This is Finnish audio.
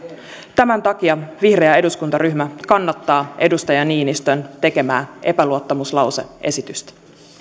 tämän takia vihreä eduskuntaryhmä kannattaa edustaja niinistön tekemää epäluottamuslause esitystä